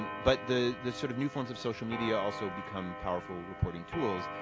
but the the sort of new forms of social media also become powerful reporting tools,